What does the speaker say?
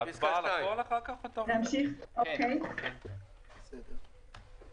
שהוא אחראי על הקורונה באוניברסיטת תל אביב,